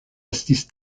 estis